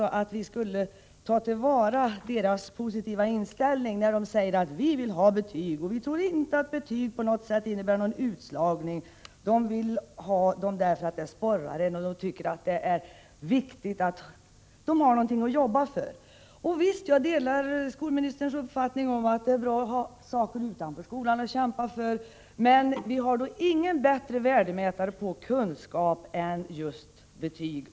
Vi borde ta till vara deras positiva inställning. De säger att de vill ha betyg, och de tror inte att betyg på något sätt innebär en utslagning. De vill ha betyg, därför att betyg sporrar och inger en känsla av att de har någonting att arbeta för. Jag delar skolministerns uppfattning att det är bra att ha saker utanför skolan att kämpa för, men vi har ingen bättre mätare när det gäller kunskap än just betyg.